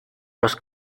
los